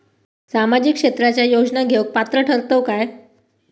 सामाजिक क्षेत्राच्या योजना घेवुक पात्र ठरतव काय?